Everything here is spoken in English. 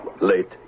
Late